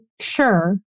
sure